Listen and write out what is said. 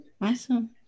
awesome